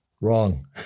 Wrong